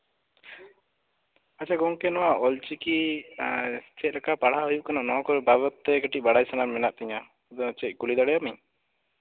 ᱟᱪᱪᱷᱟ ᱜᱚᱢᱠᱮ ᱱᱚᱣᱟ ᱚᱞᱪᱤᱠᱤ ᱪᱮᱫ ᱞᱮᱠᱟ ᱯᱟᱲᱦᱟᱣ ᱦᱩᱭᱩᱜ ᱠᱟᱱᱟ ᱱᱚᱣᱟ ᱠᱚ ᱵᱟᱵᱚᱛ ᱛᱮ ᱵᱟᱲᱟᱭ ᱥᱟᱱᱟ ᱢᱮᱱᱟᱜ ᱛᱤᱧᱟᱹ ᱠᱩᱞᱤ ᱫᱟᱲᱮ ᱟᱢᱟᱧ